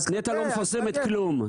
נת"ע לא מפרסמת כלום.